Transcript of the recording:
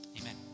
Amen